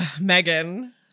Megan